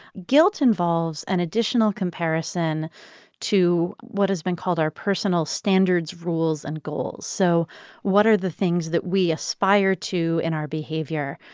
guilt involves an additional comparison to what has been called our personal standards, rules and goals. so what are the things that we aspire to, in our behavior?